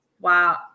Wow